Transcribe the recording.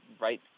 right